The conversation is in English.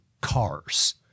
cars